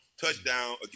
touchdown